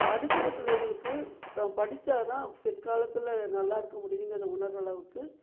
படிக்கிற பிள்ளைகளுக்கு தான் படித்தாதான் பிற்காலத்தில் நல்லாயிருக்க முடியுங்கிறத உணர்றளவுக்கு